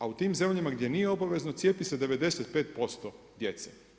A u tim zemljama gdje nije obavezno, cjepi se 95% djece.